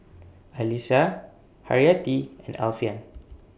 Alyssa Haryati and Alfian